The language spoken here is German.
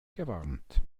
gewarnt